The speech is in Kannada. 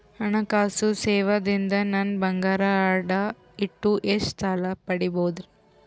ಹಣಕಾಸು ಸೇವಾ ದಿಂದ ನನ್ ಬಂಗಾರ ಅಡಾ ಇಟ್ಟು ಎಷ್ಟ ಸಾಲ ಪಡಿಬೋದರಿ?